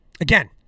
Again